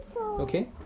Okay